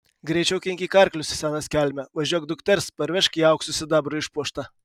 greičiau kinkyk arklius senas kelme važiuok dukters parvežk ją auksu sidabru išpuoštą